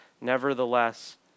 Nevertheless